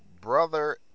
brother